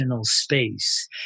space